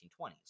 1920s